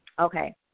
Okay